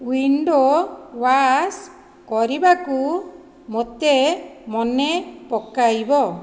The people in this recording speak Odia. ୱିଣ୍ଡୋ ୱାସ୍ କରିବାକୁ ମୋତେ ମନେ ପକାଇବ